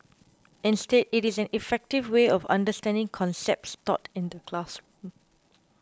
instead it is an effective way of understanding concepts taught in the classroom